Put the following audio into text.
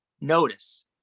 notice